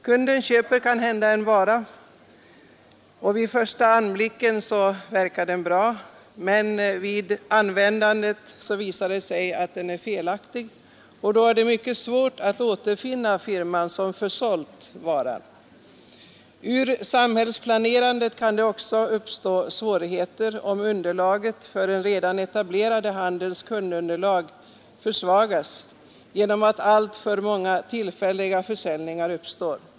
Kunden köper kanske en vara, som vid första anblicken verkar bra, men som vid användandet visar sig felaktig. Då är det ofta mycket svårt att återfinna den firma som försålt varan. För samhällsplanerandet kan det också uppstå svårigheter om underlaget för den redan etablerade handelns kundunderlag försvagas genom att alltför många tillfälliga försäljningar uppstår.